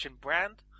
brand